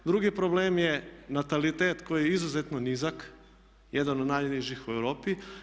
Drugi problem je natalitet koji je izuzetno nizak, jedan od najnižih u Europi.